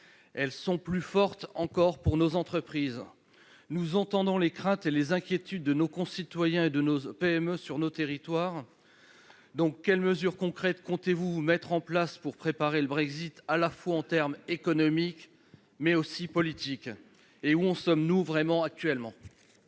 elles sont plus fortes encore pour nos entreprises. Nous entendons les craintes et les inquiétudes de nos concitoyens et de nos PME dans nos territoires. Quelles mesures concrètes comptez-vous mettre en place pour préparer l'après-Brexit, à la fois en termes économiques, mais aussi politiques ? La parole est à M. le